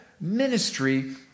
ministry